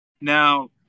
Now